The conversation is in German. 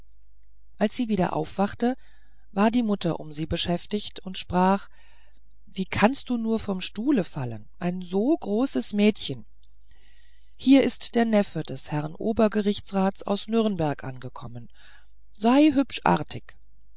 als sie wieder erwachte war die mutter um sie beschäftigt und sprach aber wie kannst du nur vom stuhle fallen ein so großes mädchen hier ist der neffe des herrn obergerichtsrats aus nürnberg angekommen sei hübsch artig